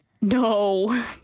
No